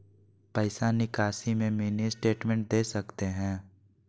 पैसा निकासी में मिनी स्टेटमेंट दे सकते हैं?